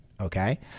okay